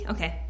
Okay